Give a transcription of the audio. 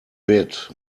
bid